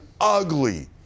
ugly